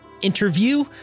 interview